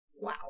Wow